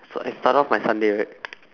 so I start off my sunday right